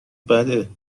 بده